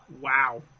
Wow